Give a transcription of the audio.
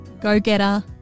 go-getter